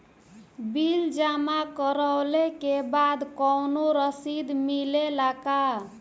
Bill जमा करवले के बाद कौनो रसिद मिले ला का?